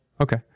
Okay